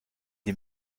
die